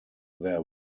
their